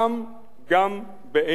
גם באין מסגרת.